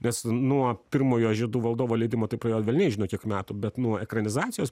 nes nuo pirmojo žiedų valdovo leidimo tai praėjo velniai žino kiek metų bet nuo ekranizacijos